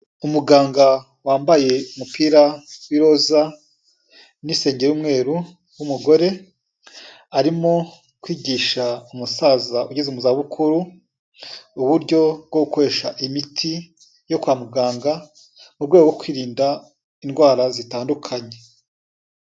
Umuganga wambaye umupira w'iroza n'isengeri y'umweru w'umugore, arimo kwigisha umusaza ugeze mu zabukuru uburyo bwo gukoresha imiti yo kwa muganga mu rwego rwo kwirinda indwara zitandukanye.